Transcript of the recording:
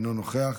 אינו נוכח,